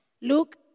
Luke